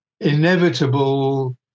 inevitable